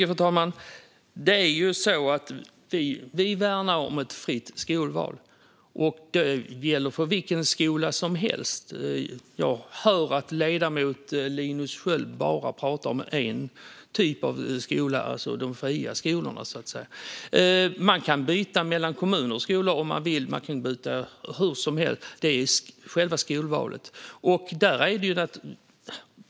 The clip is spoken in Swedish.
Fru talman! Vi värnar ett fritt skolval, och detta gäller för vilken skola som helst. Jag hör att ledamoten Linus Sköld bara pratar om en typ av skola, alltså de fria skolorna. Man kan byta mellan kommuners skolor om man vill. Man kan byta hur som helst - det är själva skolvalet.